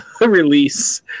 release